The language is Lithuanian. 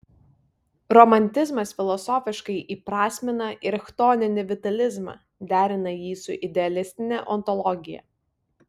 romantizmas filosofiškai įprasmina ir chtoninį vitalizmą derina jį su idealistine ontologija